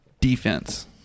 defense